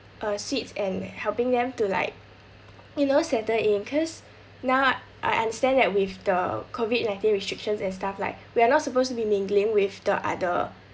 uh seats and helping them to like you know settle in cause now I understand that with the COVID nineteen restrictions and stuff like we are not supposed to be mingling with the other